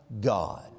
God